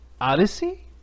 Odyssey